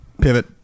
Pivot